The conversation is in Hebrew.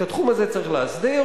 את התחום הזה צריך להסדיר,